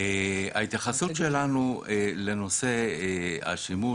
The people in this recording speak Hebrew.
ההתייחסות שלנו לנושא השימוש,